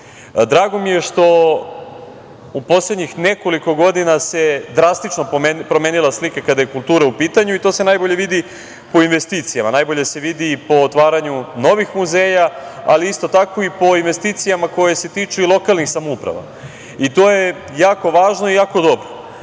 mi je što u poslednjih nekoliko godina se drastično promenila slika kada je kultura u pitanju. To se najbolje vidi po investicijama, najbolje se vidi i po otvaranju novih muzeja, ali isto tako i po investicijama koje se tiču i lokalnih samouprava. To je jako važno i jako dobro. Tek